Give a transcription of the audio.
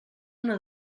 una